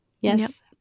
Yes